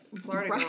Florida